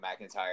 McIntyre